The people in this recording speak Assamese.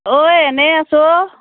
অ' এনেই আছোঁ অ'